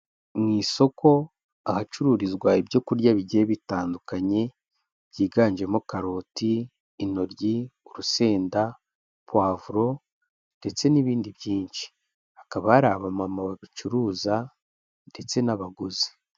Mu isoko ahacururizwa ibyokurya bigiye bitandukanye byiganjemo karoti, intoryi, urusenda, puwavuro, ndetse n'ibindi byinshi. Hakaba hari abamama babicuruza ndetse n'abaguzi.